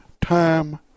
time